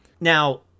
Now